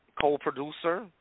co-producer